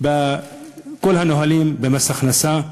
ולשנות בכל הנהלים במס הכנסה.